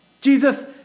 Jesus